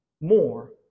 more